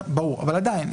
אבל עדיין,